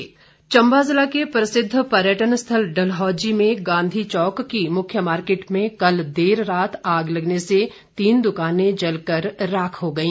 आग चंबा जिला के प्रसिद्ध पर्यटन स्थल डलहौजी में गांधी चौक की मुख्य मार्केट में कल देर रात आग लगने से तीन द्वकानें जलकर राख हो गई